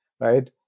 right